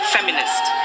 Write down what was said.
Feminist